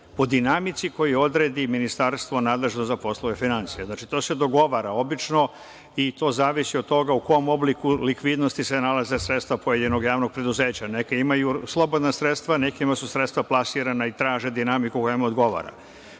po dinamici koju odredi ministarstvo nadležno za poslove finansija. Znači, to se dogovara obično i to zavisi od toga u kom obliku likvidnosti se nalaze sredstva pojedinog javnog preduzeća. Neka imaju slobodna sredstva, nekima su sredstva plasirana i traže dinamiku koja im odgovora. Pa,